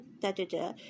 da-da-da